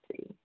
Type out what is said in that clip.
see